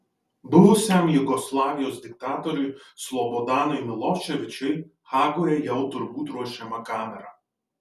buvusiam jugoslavijos diktatoriui slobodanui miloševičiui hagoje jau turbūt ruošiama kamera